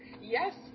Yes